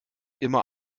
immer